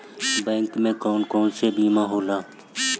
Bank में कौन कौन से बीमा होला?